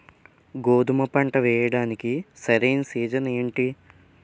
గోధుమపంట వేయడానికి సరైన సీజన్ ఏంటి?